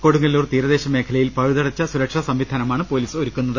കൊടുങ്ങല്ലൂർ തീരദേശ മേഖ ലയിൽ പഴുതടച്ച സുരക്ഷാ സംവിധാനമാണ് പൊലീസ് ഒരുക്കു ന്നത്